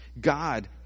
God